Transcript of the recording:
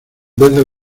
vez